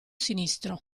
sinistro